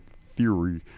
theory